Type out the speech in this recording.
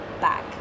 back